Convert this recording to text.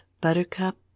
Buttercup